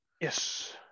Yes